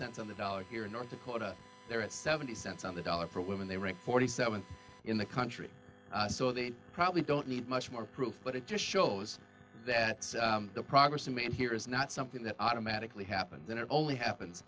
cents on the dollar here in north dakota they're at seventy cents on the dollar for women they rank forty seventh in the country so they probably don't need much more proof but it just shows that the progress made here is not something that automatically happens when it only